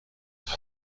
طبقه